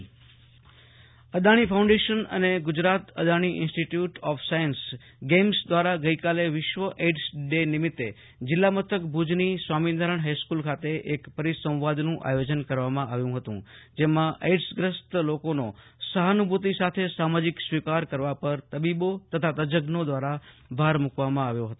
આશુતોષ અંતાણી ભુજ વિશ્વ AIDS day Adani foundation Adani foundation અને Gujarat Adani institute of science GAIMS દ્વારા ગઈકાલે વિશ્વ એઈડઝ ડે નિમિત્તે જીલ્લા મથક ભુજની સ્વામિનારાયણ હાઈસ્કુલ ખાતે એક પરિસંવાદનું આયોજન કરવામં આવ્યું હતું જેમાં એઈડસગ્રસ્ત લોકોનો સહાનુભિત સાથે સામાજિક સ્વીકાર કરવા પર તબીબો તથા તજશો દ્વારા ભાર મુકવામં આવ્યો હતો